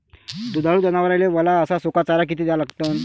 दुधाळू जनावराइले वला अस सुका चारा किती द्या लागन?